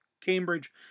Cambridge